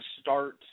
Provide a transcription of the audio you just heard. start